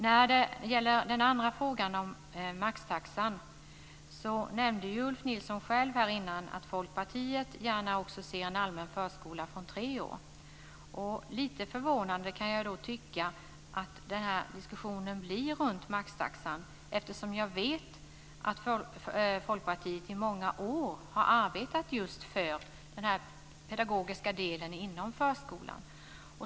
När det gäller den andra frågan om maxtaxan nämnde Ulf Nilsson själv här tidigare att Folkpartiet gärna också ser en allmän förskola från tre år. Lite förvånande kan jag då tycka att den här diskussionen om maxtaxan blir, eftersom jag vet att Folkpartiet i många år har arbetat just för den pedagogiska delen inom förskolan.